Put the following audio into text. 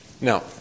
Now